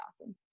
awesome